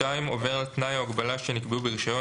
(2)עובר על תנאי או הגבלה שנקבעו ברישיון